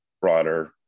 broader